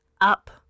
up